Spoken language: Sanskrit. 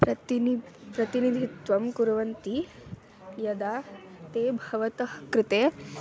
प्रतिनिधिः प्रतिनिधित्वं कुर्वन्ति यदा ते भवतः कृते